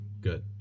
Good